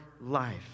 life